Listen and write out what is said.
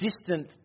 distant